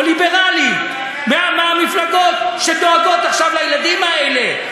ליברלית מהמפלגות שדואגות עכשיו לילדים האלה.